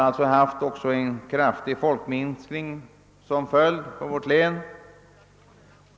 Följden har blivit en kraftig folkminskning i länet.